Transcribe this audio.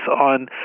on